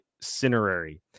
cinerary